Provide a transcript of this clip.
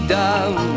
down